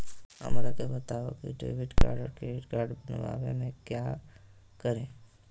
हमरा के बताओ की डेबिट कार्ड और क्रेडिट कार्ड बनवाने में क्या करें?